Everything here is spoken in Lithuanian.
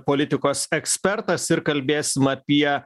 politikos ekspertas ir kalbėsim apie